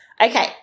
Okay